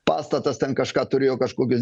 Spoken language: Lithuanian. pastatas ten kažką turėjo kažkokius